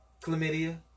chlamydia